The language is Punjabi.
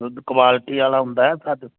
ਦੁੱਧ ਕਵਾਲਟੀ ਵਾਲਾ ਹੁੰਦਾ ਸਾਡਾ